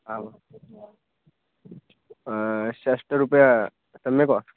आमां षष्ठीरूप्यकं सम्यक् वा